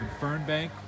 Fernbank